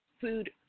food